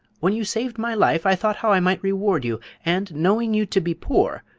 when you saved my life i thought how i might reward you and, knowing you to be poor,